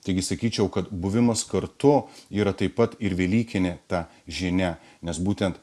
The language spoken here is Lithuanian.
taigi sakyčiau kad buvimas kartu yra taip pat ir velykinė ta žinia nes būtent